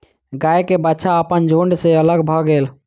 गाय के बाछा अपन झुण्ड सॅ अलग भअ गेल